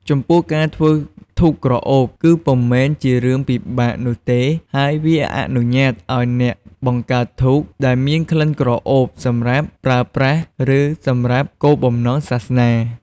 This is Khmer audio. ចំពោះការធ្វើធូបក្រអូបគឺពុំមែនជារឿងពិបាកនោះទេហើយវាអនុញ្ញាតឱ្យអ្នកបង្កើតធូបដែលមានក្លិនក្រអូបសម្រាប់ប្រើប្រាស់ ឬសម្រាប់គោលបំណងសាសនា។